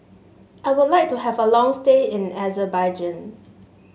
I would like to have a long stay in Azerbaijan